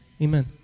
Amen